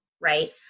Right